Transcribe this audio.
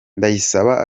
ndayisaba